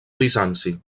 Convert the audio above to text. bizanci